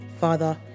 Father